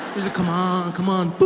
come on, come on